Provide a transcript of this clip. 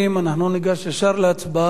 אנחנו ניגש ישר להצבעה.